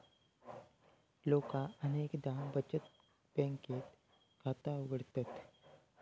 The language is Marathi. लोका अनेकदा बचत बँकेत खाता उघडतत